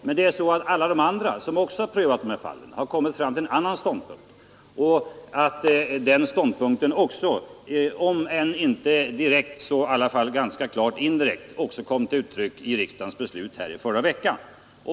Men det är så att alla de andra, som också har prövat de här fallen, har kommit fram till en annan ståndpunkt och att den ståndpunkten också, om än indirekt, kom till uttryck i riksdagens beslut här i förra veckan.